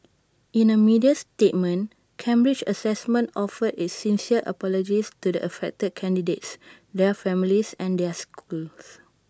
in A media statement Cambridge Assessment offered its sincere apologies to the affected candidates their families and their schools